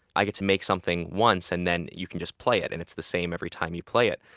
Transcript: i get to make something once. and then you can just play it, and it's the same every time you play it.